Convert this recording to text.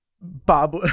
Bob